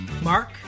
Mark